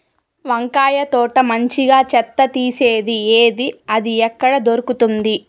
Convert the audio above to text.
వంకాయ తోట మంచిగా చెత్త తీసేది ఏది? అది ఎక్కడ దొరుకుతుంది?